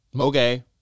Okay